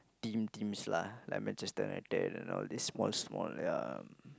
team teams lah like matches Manchester-United and all this small small ya